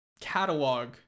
catalog